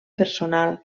personal